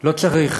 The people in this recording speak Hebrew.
לא צריך